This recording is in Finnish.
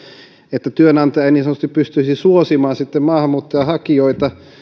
että työnantaja ei niin sanotusti pystyisi suosimaan sitten maahanmuuttajahakijoita